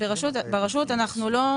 ברשות החשמל,